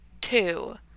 two